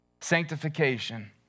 Sanctification